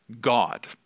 God